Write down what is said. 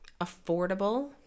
affordable